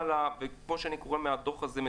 כמו שאני קורא מהדוח הזה,